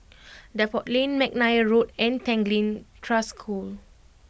Depot Lane McNair Road and Tanglin Trust School